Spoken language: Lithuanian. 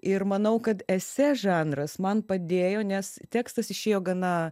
ir manau kad esė žanras man padėjo nes tekstas išėjo gana